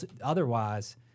otherwise